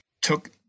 took